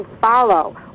follow